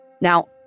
Now